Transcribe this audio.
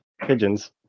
pigeons